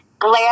Glad